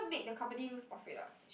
make the company lose profit what